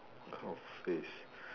what kind of phrase